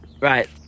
Right